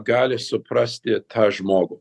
gali suprasti tą žmogų